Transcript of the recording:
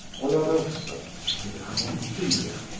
oloroso and amontilla.